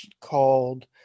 called